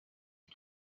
aba